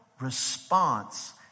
response